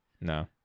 no